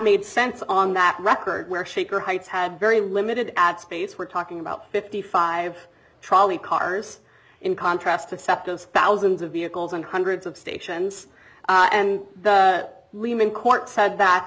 made sense on that record where shaker heights had very limited ad space we're talking about fifty five trolley cars in contrast to accept of thousands of vehicles and hundreds of stations and lehman court said that